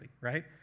right